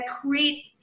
create